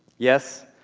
yes,